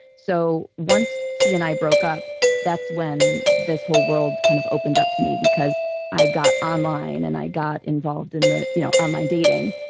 so once he and i broke up that's when this whole world kind of opened up to me because i got online and i got involved in the you know online dating.